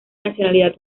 nacionalidad